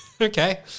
Okay